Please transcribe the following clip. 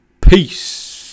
Peace